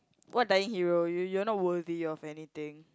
what dying hero you you're not worthy of anything